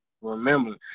remember